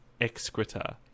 excreta